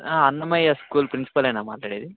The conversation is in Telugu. అన్నమయ్య స్కూల్ ప్రిన్సిపాలేనా మాలాడేది